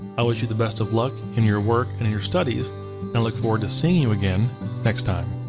i wish you the best of luck in your work and in your studies and look forward to seeing you again next time.